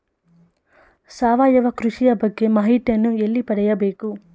ಸಾವಯವ ಕೃಷಿಯ ಬಗ್ಗೆ ಮಾಹಿತಿಯನ್ನು ಎಲ್ಲಿ ಪಡೆಯಬೇಕು?